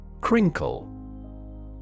Crinkle